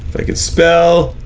i could spell,